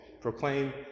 proclaim